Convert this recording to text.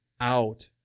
out